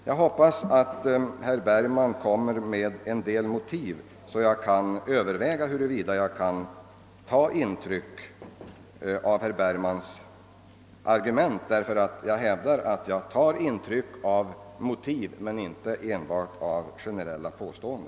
Jag hoppas att herr Bergman kan ge en del motiveringar för sin ståndpunkt så att jag kan överväga huruvida jag kan ta intryck av hans argument. Jag hävdar nämligen att jag tar intryck av sakligt framförda motiv.